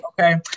Okay